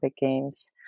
Games